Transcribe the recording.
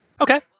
Okay